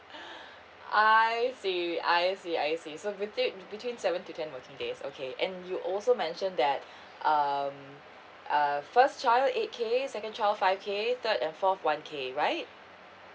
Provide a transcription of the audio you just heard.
I see I see I see so between between seven to ten days okay and you also mention that um eh first child eight K second child five K third and fourth one K right